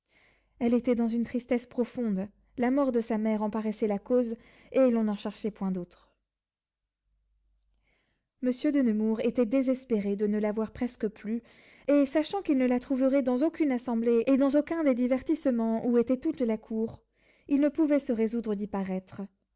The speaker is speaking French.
elle était dans une tristesse profonde la mort de sa mère en paraissait la cause et l'on n'en cherchait point d'autre monsieur de nemours était désespéré de ne la voir presque plus et sachant qu'il ne la trouverait dans aucune assemblée et dans aucun des divertissements ou était toute la cour il ne pouvait se résoudre